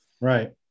Right